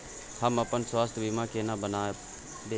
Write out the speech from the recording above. हम अपन स्वास्थ बीमा केना बनाबै?